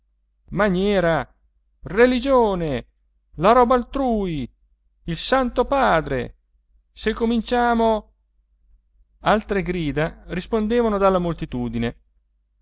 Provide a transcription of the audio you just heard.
maniera religione la roba altrui il santo padre se cominciamo altre grida rispondevano dalla moltitudine